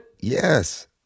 Yes